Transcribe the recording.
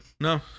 No